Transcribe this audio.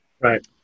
Right